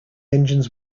engines